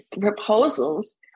proposals